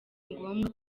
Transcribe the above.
ngombwa